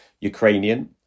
Ukrainian